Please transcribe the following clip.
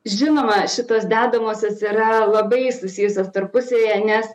žinoma šitos dedamosios yra labai susijusios tarpusavyje nes